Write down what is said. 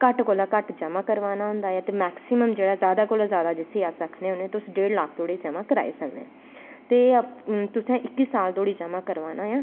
घट्ट कोला घट्ट जमां करवाना होंदा ऐ ते मैकसिमम जादा को जादा जिसी अस आक्खने होना कुस डेढ़ लक्ख धोड़ी जमां कराई सकने न ते तुसैं इक्की साल धोड़ी जमां करवाना ऐ